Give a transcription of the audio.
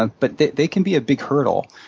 ah but they they can be a big hurdle,